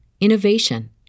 innovation